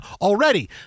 Already